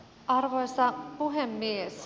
arvoisa puhemies